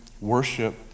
worship